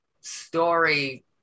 story